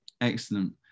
Excellent